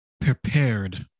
prepared